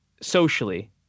socially